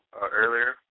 earlier